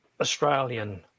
australian